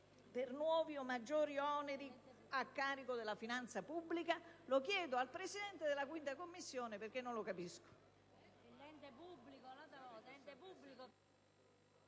sono nuovi o maggiori oneri a carico della finanza pubblica. Lo chiedo al Presidente della 5a Commissione permanente, perché non lo capisco.